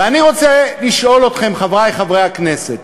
ואני רוצה לשאול אתכם, חברי חברי הכנסת,